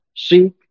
Seek